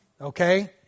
Okay